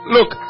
Look